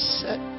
set